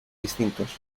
distintos